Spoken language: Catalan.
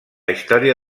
història